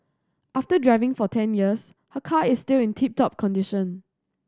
after driving for ten years her car is still in tip top condition